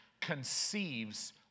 conceives